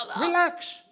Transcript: relax